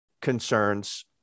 concerns